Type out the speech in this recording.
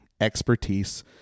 expertise